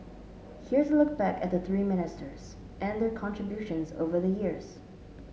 here's a look back at the three ministers and their contributions over the years